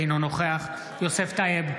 אינו נוכח יוסף טייב,